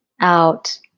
out